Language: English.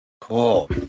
Cool